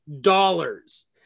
dollars